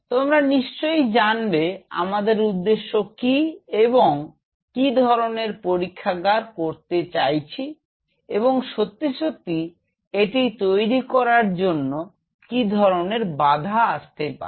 তোমরা নিশ্চয়ই জানবে আমাদের উদ্দেশ্য কি এবং কী ধরনের পরীক্ষাগার করতে চাইছে এবং সত্যি সত্যি এটি তৈরি করার জন্য কি ধরনের বাধা আসতে পারে